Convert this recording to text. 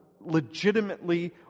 legitimately